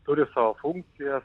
turi savo funkciją